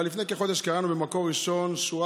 אבל לפני כחודש קראנו במקור ראשון על שורה